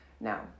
Now